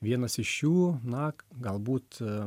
vienas iš jų na galbūt